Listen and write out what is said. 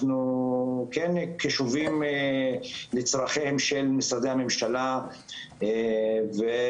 אנחנו כן קשובים לצורכיהם של משרדי הממשלה והדבר